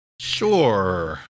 Sure